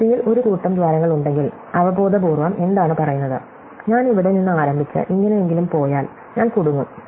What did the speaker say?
അതിർത്തിയിൽ ഒരു കൂട്ടം ദ്വാരങ്ങളുണ്ടെങ്കിൽ അവബോധപൂർവ്വം എന്താണ് പറയുന്നത് ഞാൻ ഇവിടെ നിന്ന് ആരംഭിച്ച് ഇങ്ങനെയെങ്കിലും പോയാൽ ഞാൻ കുടുങ്ങും